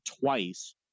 twice